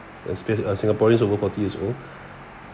space uh singaporeans over forty years old